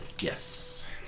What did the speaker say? Yes